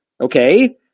okay